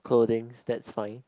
clothings that's fine